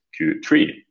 Q3